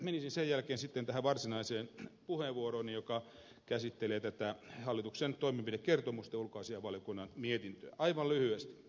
menisin sen jälkeen sitten tähän varsinaiseen puheenvuorooni joka käsittelee tätä hallituksen toimenpidekertomusta ja ulkoasiainvaliokunnan mietintöä aivan lyhyesti